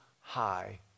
high